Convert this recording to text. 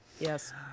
Yes